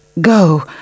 go